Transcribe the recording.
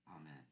Amen